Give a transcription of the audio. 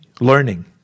learning